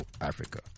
Africa